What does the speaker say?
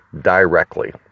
directly